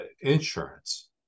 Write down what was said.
insurance